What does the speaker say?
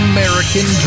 American